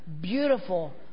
beautiful